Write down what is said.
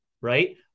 right